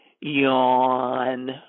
yawn